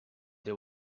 they